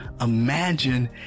imagine